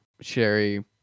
Sherry